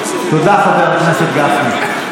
תודה, חבר הכנסת גפני.